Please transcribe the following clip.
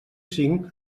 cinc